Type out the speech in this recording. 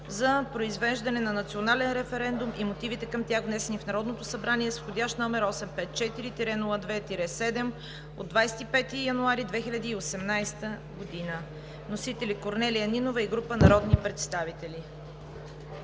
за произвеждане на национален референдум и мотивите към тях, внесени в Народното събрание с вх. № 854-02-7 от 25 януари 2018 г. Вносители – Корнелия Нинова и група народни представители.“